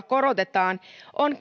korotetaan on